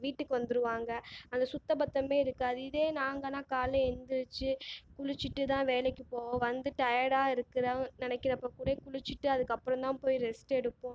வீட்டுக்கு வந்துருவாங்கள் அந்த சுத்த பத்தமே இருக்காது இதே நாங்கனா காலை எழுந்திரிச்சி குளிச்சுட்டு தான் வேலைக்குப் போவோம் வந்து டயர்டா இருக்கு தான் நினைக்குறப்ப கூடயே குளிச்சுட்டு அதுக்கப்புறந்தான் போய் ரெஸ்ட்டு எடுப்போம்